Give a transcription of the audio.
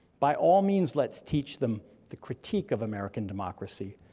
by all means let's teach them the critique of american democracy,